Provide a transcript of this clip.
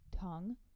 tongue